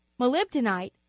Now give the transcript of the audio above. molybdenite